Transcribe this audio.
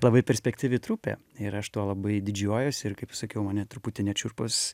labai perspektyvi trupė ir aš tuo labai didžiuojuosi ir kaip sakiau mane truputį net šiurpas